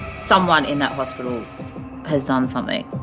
someone in that hospital has done something,